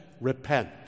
repent